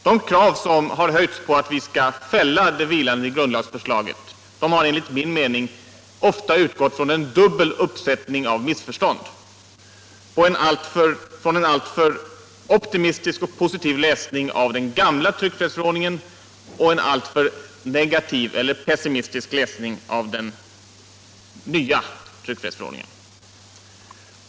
De krav som har höjts på att vi skall fälla det vilande grundlagsförslaget har enligt min mening ofta utgått från en dubbel uppsättning av missförstånd — en alltför optimistisk eller positiv läsning av den gällande uryckfrihetsförordningen och en alltför pessimistisk eHler negativ läsning av den nya förordningen.